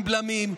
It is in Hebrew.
עם בלמים,